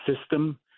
system